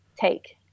take